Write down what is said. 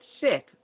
sick